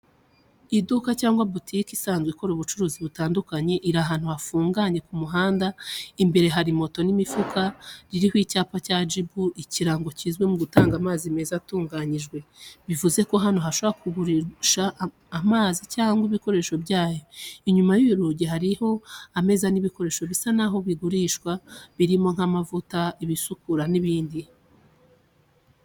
Iduka cyangwa butike isanzwe ikora ubucuruzi butandukanye, iri ahantu hafunganye ku muhanda, imbere hari moto n'imifuka. Ririho icyapa cya Jibu, ikirango kizwi mu gutanga amazi meza atunganyijwe. Bivuze ko hano bashobora kugurisha amazi cyangwa ibikoresho byayo. Inyuma y’urugi harimo ameza n’ibikoresho bisa naho bigurishwa. Birimo nk’amavuta, ibisukura n’ibindi.